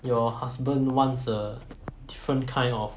your husband wants a different kind of